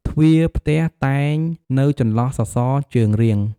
ទ្វារផ្ទះតែងនៅចន្លោះសសរជើងរៀង ។